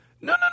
no